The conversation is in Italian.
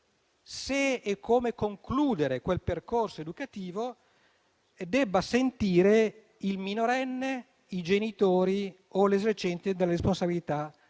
se e come concludere quel percorso educativo, debba sentire il minorenne, i genitori o gli esercenti la responsabilità